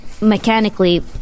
Mechanically